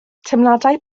teimladau